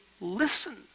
Listen